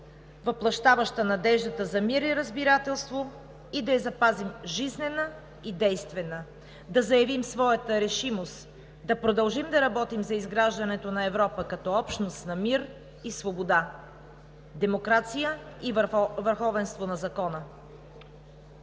въплъщаваща надеждата за мир и разбирателство, и да я запазим жизнена и действена. Да заявим своята решимост да продължим да работим за изграждането на Европа като общност на мир и свобода, демокрация и върховенство на закона,